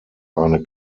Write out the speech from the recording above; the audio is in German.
eine